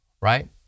right